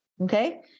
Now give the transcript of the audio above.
okay